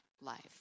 life